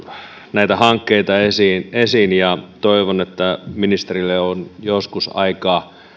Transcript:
näitä hankkeita esiin esiin ja toivon että ministerillä on joskus aikaa